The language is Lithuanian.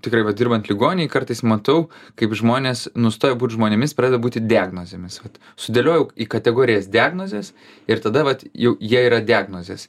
tikrai dirbant ligoninėje kartais matau kaip žmonės nustoja būt žmonėmis pradeda būti diagnozėmis vat sudėliojau į kategorijas diagnozes ir tada vat jau jie yra diagnozės